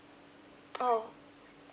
oh